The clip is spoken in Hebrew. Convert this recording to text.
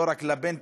לא רק לפנטגון,